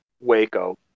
Waco